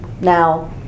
Now